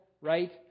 right